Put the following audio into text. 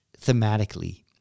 thematically